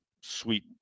sweet